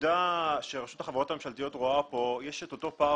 הנקודה שרשות החברות הממשלתיות רואה פה היא שיש את אותו פער